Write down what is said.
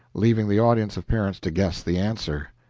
leaving the audience of parents to guess the answer.